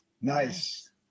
Nice